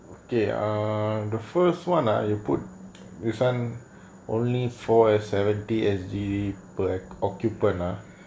okay err the first one ah you put listen only for seventy S_G_D per act occupied lah